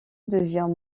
devient